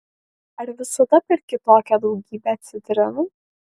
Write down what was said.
ar visada perki tokią daugybę citrinų